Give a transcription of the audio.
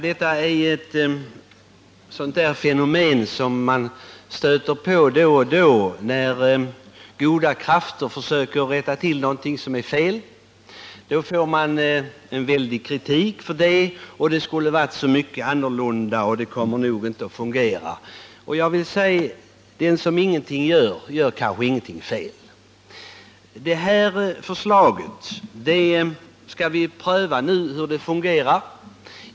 Herr talman! Vi upplever nu ett fenomen som man då och då stöter på. När goda krafter försöker rätta till någonting som är felaktigt, får de en väldig kritik. Det sägs att det som föreslagits inte kommer att fungera och att det borde ha gjorts på annat sätt. Den som ingenting gör, gör ingenting fel. Vi skall nu pröva hur den föreslagna ordningen fungerar.